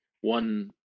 one